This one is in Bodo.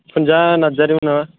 फुंजा नार्जारिमोन ना